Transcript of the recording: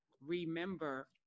remember